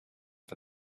for